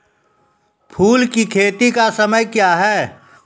फुल की खेती का समय क्या हैं?